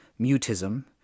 mutism